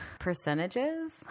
percentages